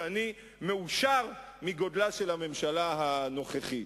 שאני מאושר מגודלה של הממשלה הנוכחית.